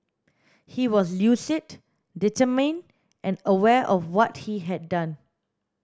he was lucid determined and aware of what he had done